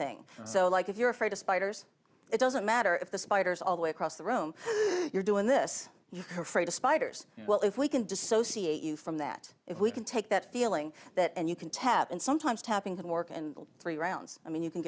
thing so like if you're afraid of spiders it doesn't matter if the spiders all the way across the room you're doing this afraid of spiders well if we can dissociate you from that if we can take that feeling that and you can tap in sometimes tapping him or three rounds i mean you can